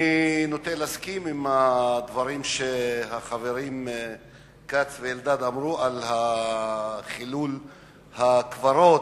אני נוטה להסכים עם הדברים שהחברים כץ ואלדד אמרו על חילול בית-הקברות,